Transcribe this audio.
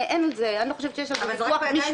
אני חושבת שאין על זה ויכוח משפטי.